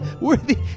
Worthy